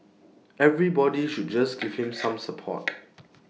everybody should just give him some support